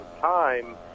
time